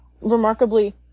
remarkably